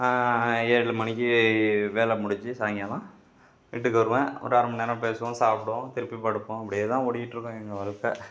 ஏழு மணிக்கு வேலை முடிஞ்சு சாயங்காலம் வீட்டுக்கு வருவேன் ஒரு அரைமணி நேரம் பேசுவோம் சாப்பிடுவோம் திருப்பி படுப்போம் அப்படியே தான் ஓடிக்கிட்டு இருக்கும் எங்களோட வாழ்க்கை